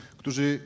którzy